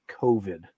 covid